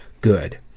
Good